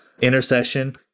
intercession